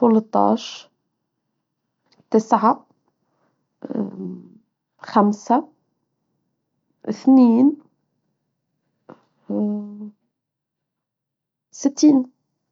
ثلتاش تسعة خمسة اثنين ستين.